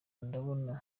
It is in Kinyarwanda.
ndabona